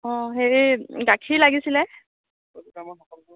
অ' হেৰি গাখীৰ লাগিছিলে